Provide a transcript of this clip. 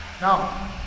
now